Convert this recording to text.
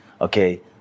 okay